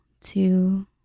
two